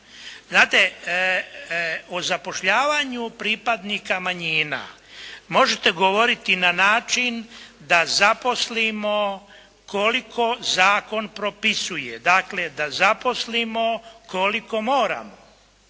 Znate o zapošljavanju pripadnika manjina možete govoriti na način da zaposlimo koliko zakon propisuje, dakle da zaposlimo koliko moramo.